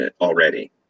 already